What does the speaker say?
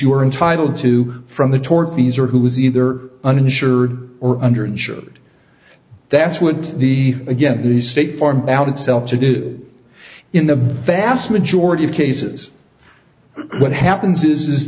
are entitled to from the tour fees or who is either uninsured or under insured that's what the again the state farm out itself to do in the vast majority of cases what happens is